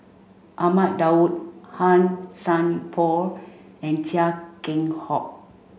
Ahmad Daud Han Sai Por and Chia Keng Hock